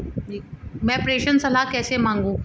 मैं प्रेषण सलाह कैसे मांगूं?